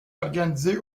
organisé